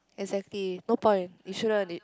exactly no point they should earn it